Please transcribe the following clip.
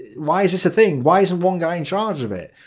why is this a thing? why isn't one guy in charge of it?